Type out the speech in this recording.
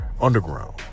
underground